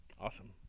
awesome